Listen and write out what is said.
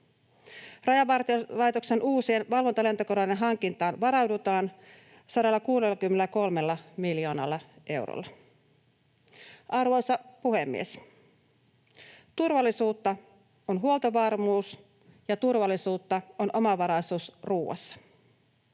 Rajavar- tiolaitoksen uusien valvontalentokoneiden hankintaan varaudutaan 163 miljoonalla eurolla. Arvoisa puhemies! Turvallisuutta on huoltovarmuus, ja turvallisuutta on omavaraisuus ruoassa.